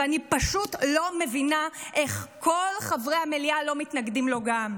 ואני פשוט לא מבינה איך כל חברי המליאה לא מתנגדים לו גם.